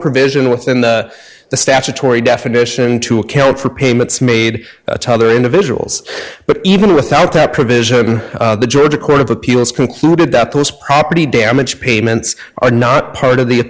provision within the the statutory definition to account for payments made tother individuals but even without that provision the georgia court of appeals concluded that those property damage payments are not part of the